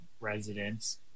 residents